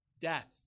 Death